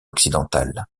occidental